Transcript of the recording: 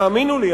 האמינו לי,